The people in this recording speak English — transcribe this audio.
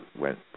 went